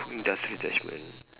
just attachment